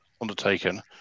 undertaken